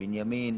בנימין.